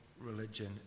religion